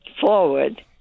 forward